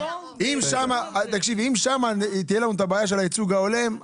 אם שם תהיה לנו בעיית הייצוג ההולם,